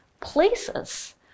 places